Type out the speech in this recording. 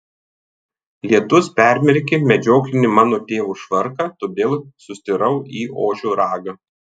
lietus permerkė medžioklinį mano tėvo švarką todėl sustirau į ožio ragą